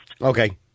Okay